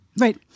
Right